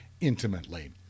intimately